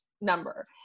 number